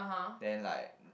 then like